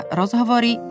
rozhovory